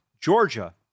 georgia